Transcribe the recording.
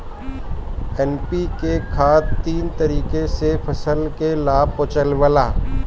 NPK खाद तीन तरीके से फसल के लाभ पहुंचावेला